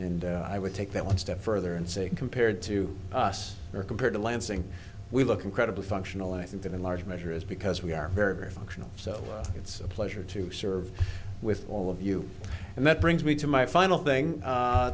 and i would take that one step further and say compared to us here compared to lansing we look incredibly functional and i think that in large measure is because we are very very functional so it's a pleasure to serve with all of you and that brings me to my final thing